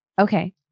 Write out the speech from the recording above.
okay